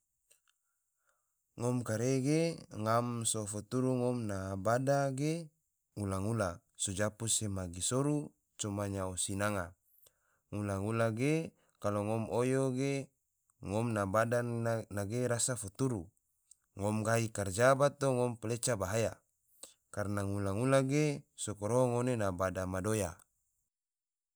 Ngom kare ge ngam so foturu ngom na bada ge ngula-ngula, so japu se magi soru coma nyao sinanga. ngula-ngula ge kalo ngom oyo ge ngom na bada nage rasa futuru, ngom gahi karja bato ngom pleca bahaya karena ngula-ngula ge so koroho ngone na bada madoya